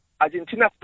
Argentina